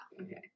okay